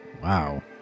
Wow